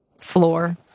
floor